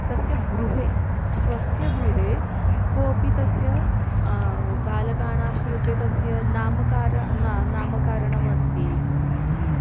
तस्य गृहे स्वस्य गृहे कोपि तस्य बालकानां कृते तस्य नामकारः ना नामकरणमस्ति